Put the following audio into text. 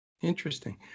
Interesting